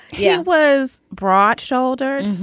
yeah was broad-shouldered,